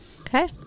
Okay